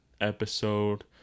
episode